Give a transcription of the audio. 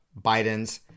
Bidens